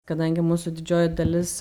kadangi mūsų didžioji dalis